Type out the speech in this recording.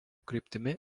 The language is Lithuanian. kryptimi